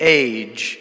age